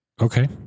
Okay